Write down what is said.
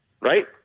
right